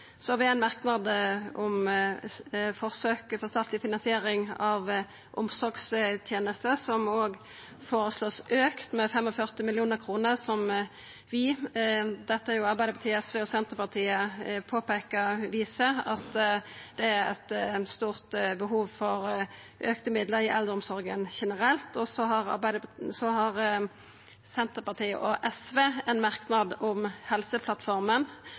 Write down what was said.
Så har vi ein merknad om forsøk med statleg finansiering av omsorgstenester, som vert føreslått auka med 45 mill. kr. Det viser – og dette har jo Arbeidarpartiet, SV og Senterpartiet påpeikt – at det er eit stort behov for auka midlar i eldreomsorga generelt. Så har Senterpartiet og SV ein merknad om